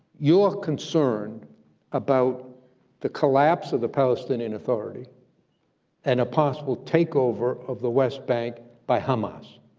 your concern about the collapse of the palestinian authority and a possible takeover of the west bank by hamas,